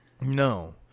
No